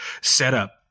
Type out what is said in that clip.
setup